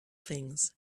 things